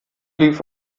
lief